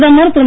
பிரதமர் திரு